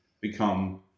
become